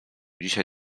dzisiaj